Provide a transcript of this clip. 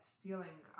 feeling